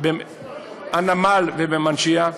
הנמל ומנשיה,